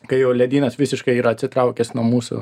kai jau ledynas visiškai yra atsitraukęs nuo mūsų